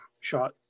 shot